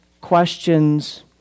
questions